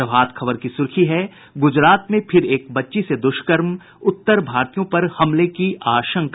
प्रभात खबर की सुर्खी है गुजरात में फिर एक बच्ची से दुष्कर्म उत्तर भारतीयों पर हमले की आशंका